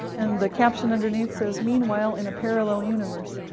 and the caption underneath says, meanwhile, in a parallel universe.